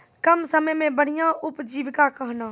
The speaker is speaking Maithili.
कम समय मे बढ़िया उपजीविका कहना?